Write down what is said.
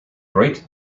great